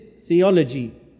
theology